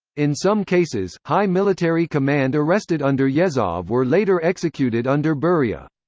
in some cases, high military command arrested under yezhov were later executed under beria.